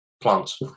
plants